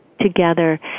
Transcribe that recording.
together